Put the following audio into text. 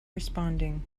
responding